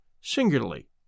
singularly